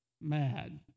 mad